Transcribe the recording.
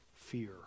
fear